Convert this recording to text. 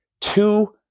Two